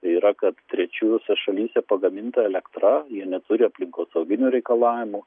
tai yra kad trečiose šalyse pagaminta elektra jie neturi aplinkosauginių reikalavimų